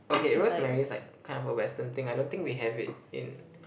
okay rosemary is like kind of a western thing I don't think we have it in